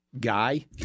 guy